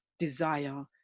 desire